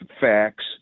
facts